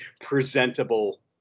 presentable